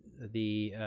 the,